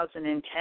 2010